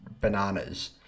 bananas